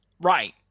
Right